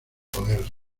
poder